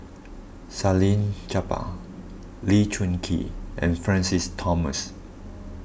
Salleh Japar Lee Choon Kee and Francis Thomas